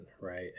right